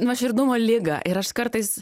nuoširdumo ligą ir aš kartais